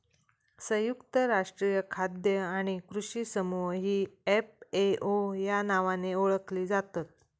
संयुक्त राष्ट्रीय खाद्य आणि कृषी समूह ही एफ.ए.ओ या नावाने ओळखली जातत